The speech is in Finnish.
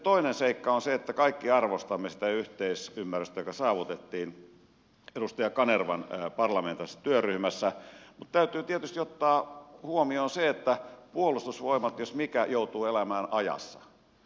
toinen seikka on se että kaikki arvostamme sitä yhteisymmärrystä joka saavutettiin edustaja kanervan parlamentaarisessa työryhmässä mutta täytyy tietysti ottaa huomioon se että puolustusvoimat jos mikä joutuu elämään ajassa